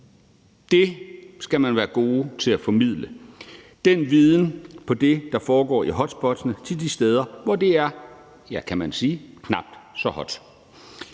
det skal man være god til at formidle. Den viden om det, der foregår i hotspottene, skal formidles til de steder, hvor det er, ja, kan man sige, knap så hot.